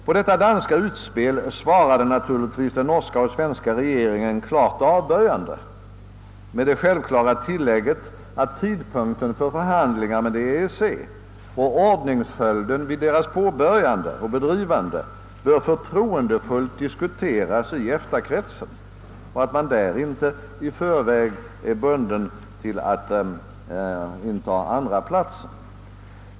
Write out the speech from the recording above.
På detta danska utspel svarade naturligtvis de norska och svenska regeringarna klart avböjande, med det självklara tillägget att tidpunkten för förhandlingar med EEC och ordningsföljden vid deras påbörjande och bedrivande förtroendefullt bör diskuteras inom EFTA kretsen och att man där inte i förväg är bunden till att inta andraplatsen.